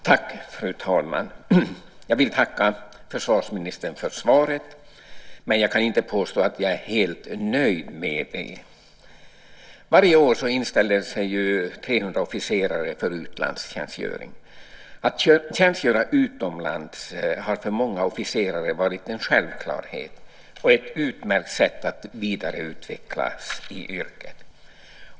Fru talman! Jag vill tacka försvarsministern för svaret. Men jag kan inte påstå att jag är helt nöjd med det. Varje år inställer sig 300 officerare för utlandstjänstgöring. Att tjänstgöra utomlands har för många officerare varit en självklarhet och ett utmärkt sätt att vidareutvecklas i yrket.